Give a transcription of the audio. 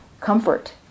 comfort